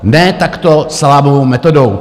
Ne takto salámovou metodou.